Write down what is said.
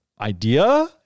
idea